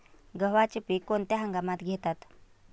गव्हाचे पीक कोणत्या हंगामात घेतात?